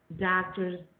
Doctors